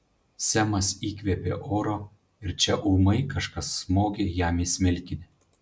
semas įkvėpė oro ir čia ūmai kažkas smogė jam į smilkinį